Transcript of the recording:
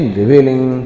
revealing